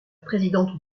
présidente